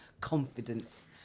confidence